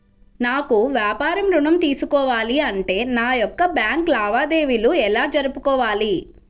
నాకు వ్యాపారం ఋణం తీసుకోవాలి అంటే నా యొక్క బ్యాంకు లావాదేవీలు ఎలా జరుపుకోవాలి?